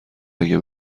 اگه